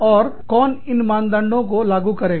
और कौन इन मानदंडों को लागू करेगा